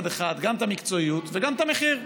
גם את המקצועיות וגם את המחיר,